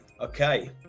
okay